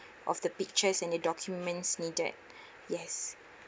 of the pictures and your documents needed yes